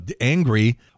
angry